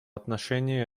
отношении